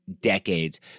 decades